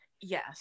Yes